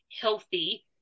healthy